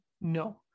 No